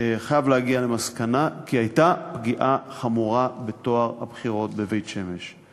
חייב להגיע למסקנה כי הייתה פגיעה חמורה בטוהר הבחירות בבית-שמש.